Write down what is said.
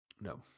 No